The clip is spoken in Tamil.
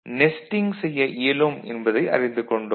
நெஸ்டிங் செய்ய இயலும் என்பதை அறிந்து கொண்டோம்